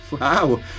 Wow